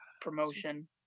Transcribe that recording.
promotion